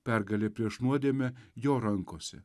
pergalė prieš nuodėmę jo rankose